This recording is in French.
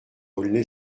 aulnay